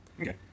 Okay